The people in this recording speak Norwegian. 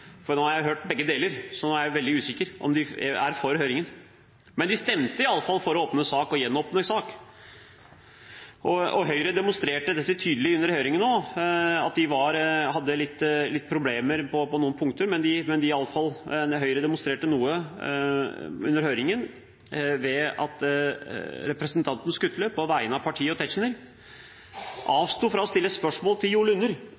de nå egentlig er for eller mot høringen – nå har jeg hørt begge deler, så nå er jeg veldig usikker. Men de stemte iallfall for å åpne sak og gjenåpne sak, og Høyre demonstrerte dette tydelig under høringen også, at de hadde litt problemer på noen punkter. Høyre demonstrerte dette noe ved at representanten Skutle under høringen på vegne av partiet og Tetzschner avsto fra å stille spørsmål til